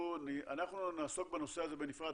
אנחנו נעסוק בנושא הזה בנפרד.